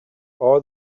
all